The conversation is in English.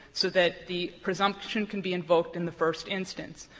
so that the presumption can be invoked in the first instance.